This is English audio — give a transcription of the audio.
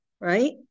right